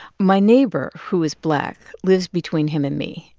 my neighbor, who is black, lives between him and me.